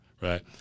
right